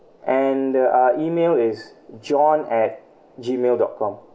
and the uh email is john at gmail dot com